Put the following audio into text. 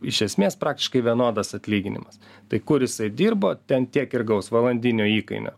iš esmės praktiškai vienodas atlyginimas tai kur jisai dirbo ten tiek ir gaus valandinio įkainio